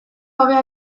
hobea